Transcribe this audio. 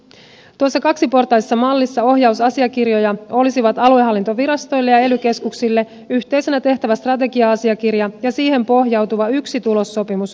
tuossa kaksiportaisessa mallissa ohjausasiakirjoja olisivat aluehallintovirastoille ja ely keskuksille yhteisenä tehtävä strategia asiakirja ja siihen pohjautuva yksi tulossopimus kullekin organisaatiolle